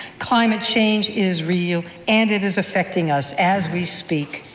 climate change is real. and it is affecting us as we speak.